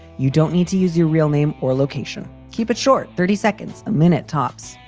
you don't need to use your real name or location. keep it short. thirty seconds a minute, tops.